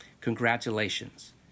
congratulations